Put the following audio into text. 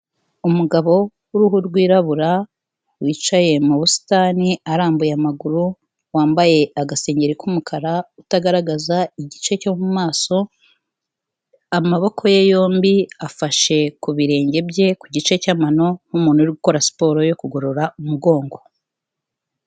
Umugabo w'uruhu rwirabura wicaye mu busitani arambuye amaguru, wambaye agasengeri k'umukara utagaragaza igice cyo mu mu maso, amaboko ye yombi afashe ku birenge bye, ku gice cy'amano nk'umuntu uri gukora siporo yo kugorora umugongo.